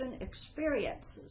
experiences